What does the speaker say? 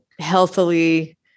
healthily